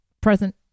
present